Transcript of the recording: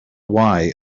why